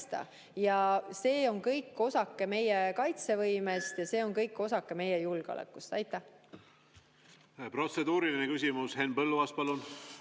See on kõik osake meie kaitsevõimest ja see on kõik osake meie julgeolekust. Aitäh!